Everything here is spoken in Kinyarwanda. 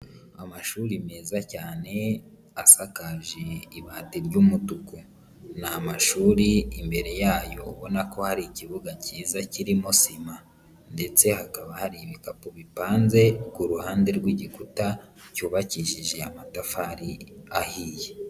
Amashuri meza cyane asakaje ibati ry'umutuku, ni amashuri imbere yayo ubona ko hari ikibuga cyiza kirimo sima ndetse hakaba hari ibikapu bipanze ku ruhande rw'igikuta cyubakishije amatafari ahiye.